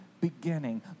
beginning